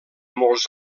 molts